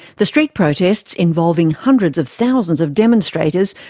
the street protests, involving hundreds of thousands of demonstrators,